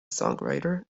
songwriter